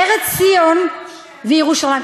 ארץ ציון וירושלים.